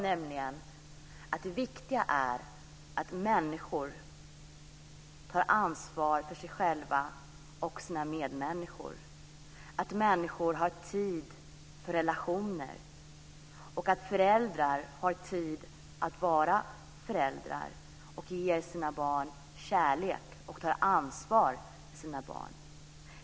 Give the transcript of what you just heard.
Det viktiga är att människor tar ansvar för sig själva och sina medmänniskor, att människor har tid för relationer och att föräldrar har tid att vara föräldrar, ger sina barn kärlek och tar ansvar för sina barn.